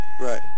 Right